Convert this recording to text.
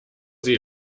sie